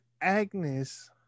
Agnes